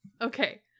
okay